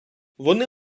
вони